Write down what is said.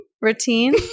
Routine